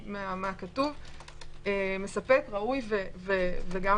מספק, ראוי וגם